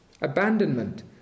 Abandonment